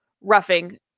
roughing